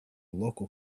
local